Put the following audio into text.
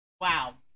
wow